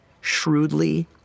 shrewdly